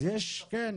אז כן,